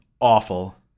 awful